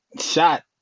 shot